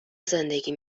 زندگی